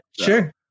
sure